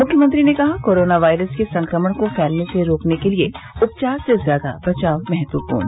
म्ख्यमंत्री ने कहा कोरोना वायरस के संक्रमण को फैलने से रोकने के लिए उपचार से ज्यादा बचाव महत्वपूर्ण